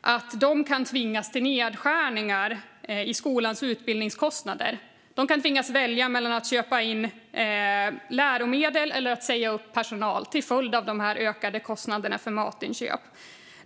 att man kan tvingas till nedskärningar i skolans utbildningskostnader. Till följd av de ökade kostnaderna för matinköp kan man tvingas välja mellan att minska på inköp av läromedel och att säga upp personal.